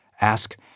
Ask